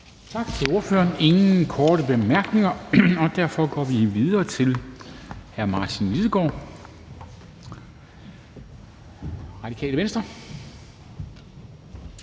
Tak til ordføreren, der er ingen korte bemærkninger, og derfor går vi nu videre til hr. Martin Lidegaard, Radikale Venstre.